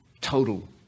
Total